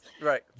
right